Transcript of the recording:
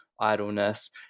idleness